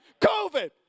COVID